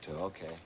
okay